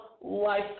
Life